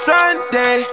Sunday